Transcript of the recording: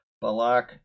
Balak